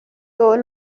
todos